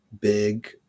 big